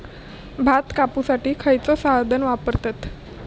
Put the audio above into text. भात कापुसाठी खैयचो साधन वापरतत?